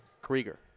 Krieger